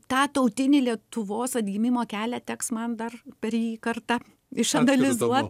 tą tautinį lietuvos atgimimo kelią teks man dar per jį kartą išanalizuot